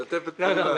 משתפת פעולה.